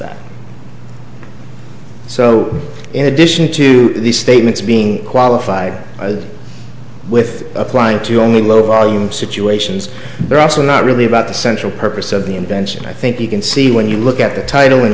that so in addition to these statements being qualified with applying to only low volume situations but also not really about the central purpose of the invention i think you can see when you look at the title when